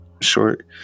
short